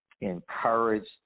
encouraged